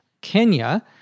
Kenya